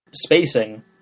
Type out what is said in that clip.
spacing